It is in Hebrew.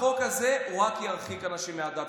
החוק הזה רק ירחיק אנשים מהדת,